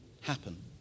happen